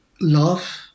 love